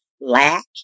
lack